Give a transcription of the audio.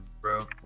bro